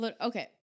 Okay